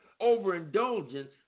overindulgence